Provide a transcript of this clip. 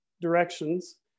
directions